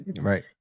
Right